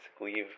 leave